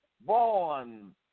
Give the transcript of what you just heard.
born